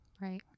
Right